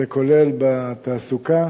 זה כולל בתעסוקה,